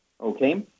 okay